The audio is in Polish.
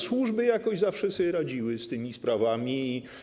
Służby jakoś zawsze sobie radziły z tymi sprawami.